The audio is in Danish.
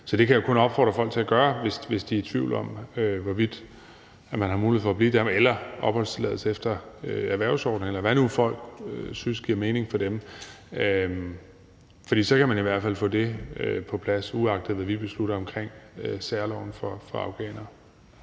Så det kan jeg kun opfordre folk til at gøre, hvis de er i tvivl om, hvorvidt de har mulighed for at blive i Danmark – eller få opholdstilladelse efter erhvervsordninger, eller hvad folk nu synes giver mening for dem. For så kan man i hvert fald få det på plads, uanset hvad vi beslutter omkring særloven for afghanere.